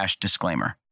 disclaimer